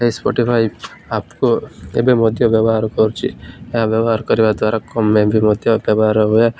ଏ Spotify ଆପ୍କୁ ଏବେ ମଧ୍ୟ ବ୍ୟବହାର କରୁଛି ଏହା ବ୍ୟବହାର କରିବା ଦ୍ୱାରା କମ୍ ଏବେ ବି ମଧ୍ୟ ବ୍ୟବହାର ହୁଏ